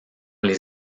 les